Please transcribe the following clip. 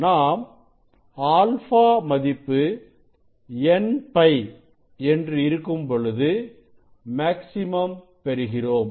நாம் α மதிப்பு n π என்று இருக்கும்பொழுது மேக்ஸிமம் பெறுகிறோம்